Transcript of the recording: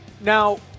Now